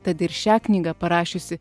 tad ir šią knygą parašiusi